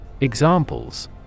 Examples